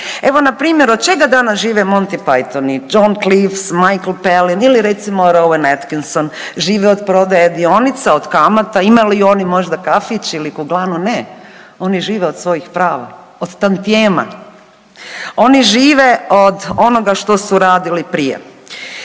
Evo npr. od čega danas žive Monty Pythoni John Cleese, Michel Palin ili recimo Rowan Atkinson? Žive od prodaje dionica, od kamata. Imaju li oni možda kafić ili kuglanu? Ne, oni žive od svojih prava, od tantijema, oni žive od onoga što su radili prije.